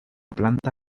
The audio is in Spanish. planta